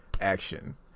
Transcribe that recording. Action